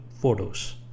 photos